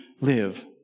live